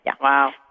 Wow